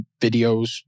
videos